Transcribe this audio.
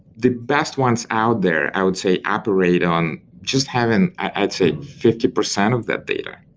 the best ones out there i would say operate on just having, i'd say, fifty percent of that data,